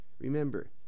Remember